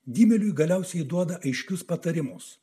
dymeliui galiausiai duoda aiškius patarimus